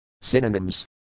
Synonyms